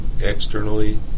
externally